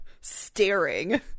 staring